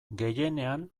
gehienean